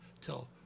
till